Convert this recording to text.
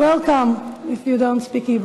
וברוך השם, איזו ירושה נתנו להם?